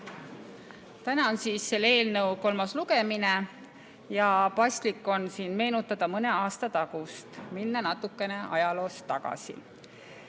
Täna on selle eelnõu kolmas lugemine ja paslik on siin meenutada mõne aasta tagust aega, minna natukene ajaloos tagasi.